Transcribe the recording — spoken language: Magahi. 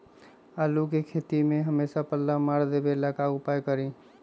आलू के खेती में हमेसा पल्ला मार देवे ला का उपाय करी?